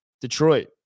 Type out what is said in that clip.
Detroit